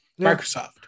Microsoft